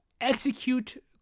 execute